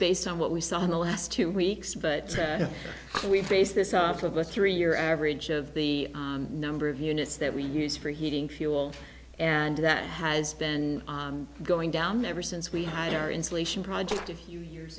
based on what we saw in the last two weeks but we base this off of the three year average of the number of units that we use for heating fuel and that has been going down ever since we had our insulation project a few years